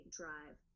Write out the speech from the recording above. drive